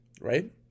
right